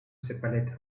separate